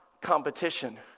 competition